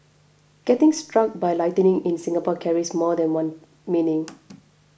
getting struck by lightning in Singapore carries more than one meaning